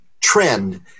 trend